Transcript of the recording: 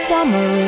Summer